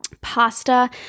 pasta